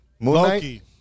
Loki